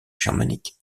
germanique